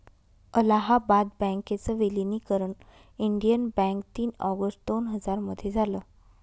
अलाहाबाद बँकेच विलनीकरण Indian bank तीन ऑगस्ट दोन हजार मध्ये झालं